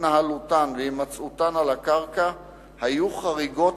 התנהלותן והימצאותן על הקרקע היו חריגות